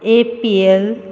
A P L